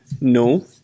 No